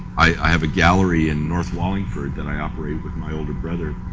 i have a gallery in north wallingford that i operated with my older brother.